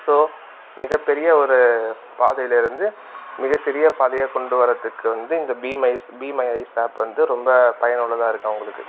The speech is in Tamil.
ஸோ மிகப்பெரிய ஒரு பாதையிலேருந்து மிகச்சிறிய பாதையாகக் கொண்டு வரதுக்கு வந்து இந்த Be My Eyes Be My Eyes app வந்து ரொம்ப பயனுள்ளதாக இருக்குது அவங்களுக்கு